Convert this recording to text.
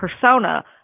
persona